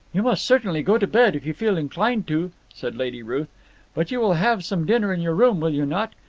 you must certainly go to bed if you feel inclined to, said lady ruth but you will have some dinner in your room, will you not?